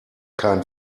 kein